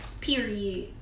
Period